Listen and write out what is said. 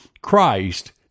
Christ